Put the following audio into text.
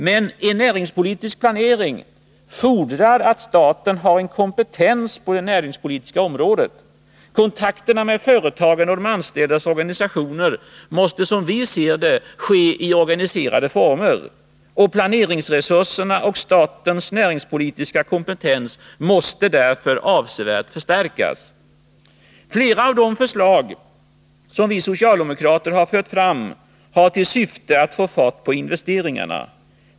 Men en näringspolitisk planering fordrar att staten har en kompetens på det näringspolitiska området. Kontakterna med företagen och de anställdas organisationer måste, som vi ser det, ske i organiserade former. Planeringsresurserna och statens näringspolitiska kompetens måste därför avsevärt förstärkas. Flera av de förslag som vi socialdemokrater har fört fram har till syfte att få fart på investeringarna.